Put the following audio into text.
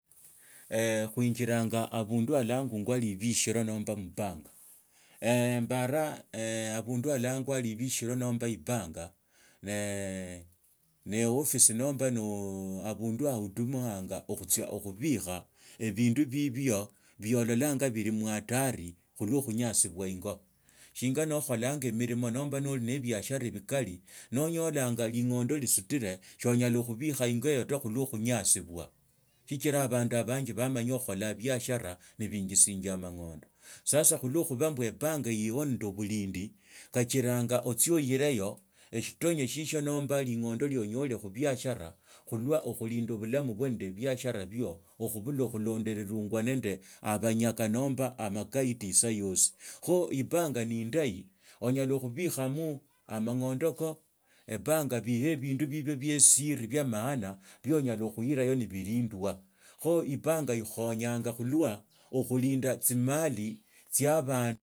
huinjilanga abundu alangwanya libishira nomba mubank, embaraa abundu alangwa libishira nomba ebank nee nehufisi nomba na abundu ho ahudumuanga okhutsia okhubikha ebindu bibio bio ololanga bili muhatari khulwo khunyasibwa ingo shinga lwo okholanga milimo nomba noli ne ebiashara mikali noonyolanya ling’ondo lisulila soonyala khubikha ingo iho la khulwo khunyasi bwa sichira abandu abanji bamanya okhojaa biashara nebiinjisinja amang’ondo sasa khulwa e- bank iliho nandi bulindi kachiranya ochie ohirayo eshilonya shishio nomba ling’ondo lio onyola khubiashara khulwa okhulinda bulamu bwo nende biashara bio okhubula kholondararungwa nende abanyaka nomba omagaidi isaa yosi kho ibakiki ne indahi onyala khubikhamo amang’ondo ka ebank ibikha bindu bibio bia siri bia maan bionyala khulaya na bilindwa kha ibanki ikhonyanga khulwa okhulinda imali tsia abandu.